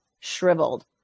shriveled